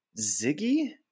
Ziggy